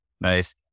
Nice